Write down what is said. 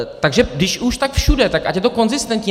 Takže když už, tak všude, ať je to konzistentní.